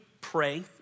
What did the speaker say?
pray